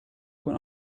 con